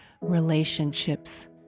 relationships